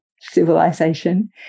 civilization